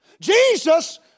Jesus